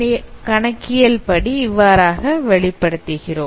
இதனை கணக்கியல் படி இவ்வாறாக வெளிப்படுத்துகிறோம்